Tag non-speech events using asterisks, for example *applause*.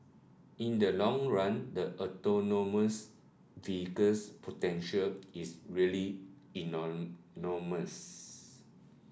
in the long run the autonomous vehicles potential is really *unintelligible* enormous